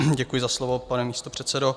Děkuji za slovo, pane místopředsedo.